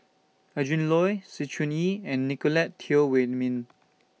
Adrin Loi Sng Choon Yee and Nicolette Teo Wei Min